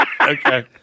Okay